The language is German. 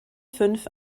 fünf